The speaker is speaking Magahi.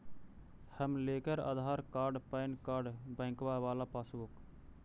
हम लेकर आधार कार्ड पैन कार्ड बैंकवा वाला पासबुक?